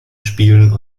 spielen